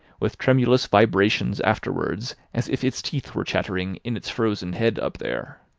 with tremulous vibrations afterwards as if its teeth were chattering in its frozen head up there.